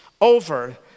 over